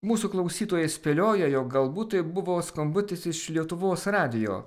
mūsų klausytojai spėlioja jog galbūt tai buvo skambutis iš lietuvos radijo